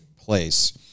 place